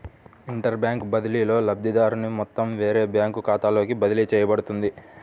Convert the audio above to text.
inter bank బదిలీలో, లబ్ధిదారుని మొత్తం వేరే బ్యాంకు ఖాతాలోకి బదిలీ చేయబడుతుంది